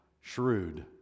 shrewd